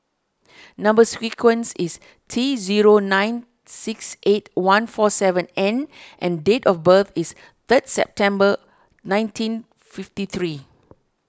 Number Sequence is T zero nine six eight one four seven N and date of birth is third September nineteen fifty three